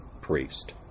priest